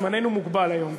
זמננו מוגבל היום,